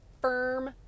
firm